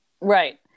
Right